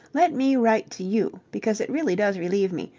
let me write to you, because it really does relieve me,